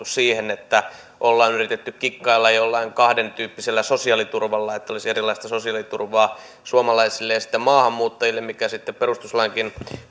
siihen että ollaan yritetty kikkailla jollain kahden tyyppisellä sosiaaliturvalla että olisi erilaista sosiaaliturvaa suomalaisille ja sitten maahanmuuttajille mikä sitten perustuslainkin